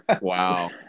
Wow